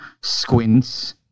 Squints